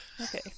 okay